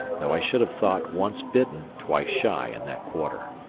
though i should have thought once bitten twice shy in that quarter.